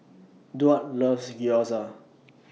Duard loves Gyoza